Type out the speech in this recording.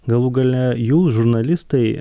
galų gale jūs žurnalistai